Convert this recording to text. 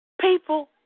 People